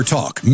Talk